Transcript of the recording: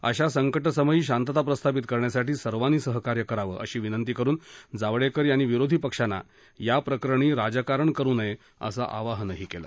अशा संका अमयी शांतता प्रस्थापित करण्यासाठी सर्वांनी सहकार्य करावं अशी विनंती करून जावडेकर यांनी विरोधी पक्षांना या प्रकरणी राजकारण करू नये असं आवाहनही केलं